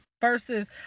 versus